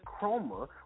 chroma